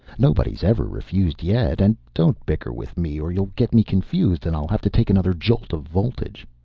nobody's ever refused yet. and don't bicker with me or you'll get me confused and i'll have to take another jolt of voltage.